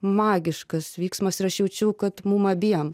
magiškas vyksmas ir aš jaučiau kad mum abiem